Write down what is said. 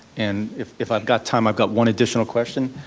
and if if i've got time i've got one additional question.